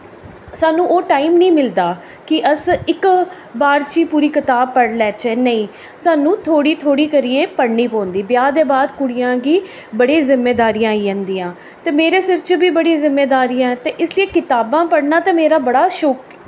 सानूं ओह् टाइम नी मिलदा कि अस इक बार च पूरी कताब पढ़ी लैच्चै नेईं सानूं थोह्ड़ी थोह्ड़ी करियै पढ़नी पौंदी ब्याह् दे बाद कुड़ियां गी बड़े जिम्मेदारियां आई जंदियां ते मेरे सिर च बी बड़ियां जिम्मेदारियां ऐ इसलै कताबां पढ़ना ते मेरा बड़ा शौंक ऐ